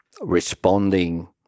responding